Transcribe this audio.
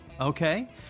Okay